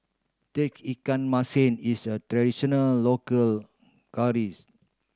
Tauge Ikan Masin is a traditional local